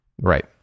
Right